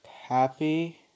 happy